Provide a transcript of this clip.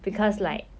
mmhmm